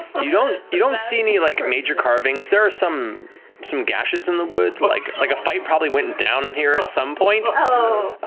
you don't you don't see any like major carvings. there are some some gashes in the wood, like like a fight probably went down in here, at some point.